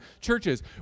churches